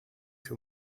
que